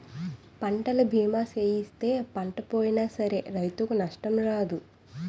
పంటల బీమా సేయిస్తే పంట పోయినా సరే రైతుకు నష్టం రాదు